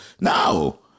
No